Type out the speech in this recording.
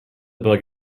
bug